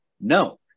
No